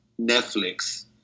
Netflix